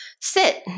Sit